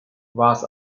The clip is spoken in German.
was